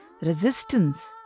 Resistance